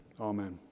Amen